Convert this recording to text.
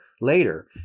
later